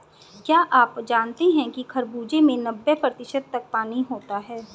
क्या आप जानते हैं कि खरबूजे में नब्बे प्रतिशत तक पानी होता है